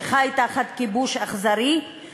שחי תחת כיבוש אכזרי,